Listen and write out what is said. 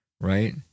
right